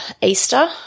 Easter